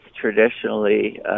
traditionally